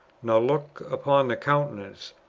nor looks upon the countenance,